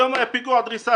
היום היה פיגוע דריסה,